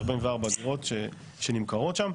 44 דירות שנמכרות שם.